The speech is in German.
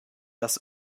das